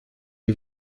est